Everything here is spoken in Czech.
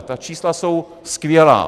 Ta čísla jsou skvělá.